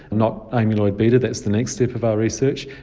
not amyloid beta, that's the next step of our research.